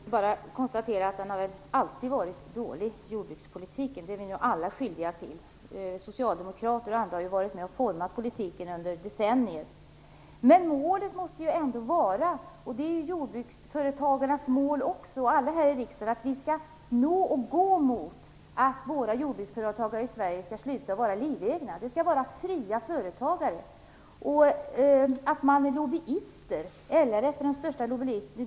Herr talman! Jag kan bara konstatera att jordbrukspolitiken alltid har varit dålig. Den är vi ju alla skyldiga till. Socialdemokrater och andra har ju varit med och format politiken under decennier. Men målet måste ju ändå vara, vilket också är jordbruksföretagarnas och allas mål här i riksdagen, att vi skall sträva efter att våra jordbruksföretagare i Sverige skall sluta att vara livegna. De skall vara fria företagare. Margareta Winberg säger att man inom LRF är de största lobbyisterna.